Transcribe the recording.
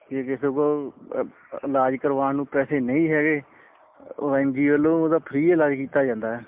ਜੇ ਕਿਸੇ ਕੋਲ ਇਲਾਜ ਕਰਵਾਉਣ ਨੂੰ ਪੈਸੇ ਨਹੀਂ ਹੈਗੇ ਉਹ ਐਨਜੀਓ ਵੱਲੋਂ ਉਹਦਾ ਫਰੀ ਇਲਾਜ ਕੀਤਾ ਜਾਂਦਾ